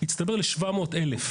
הצטבר ל-700,000.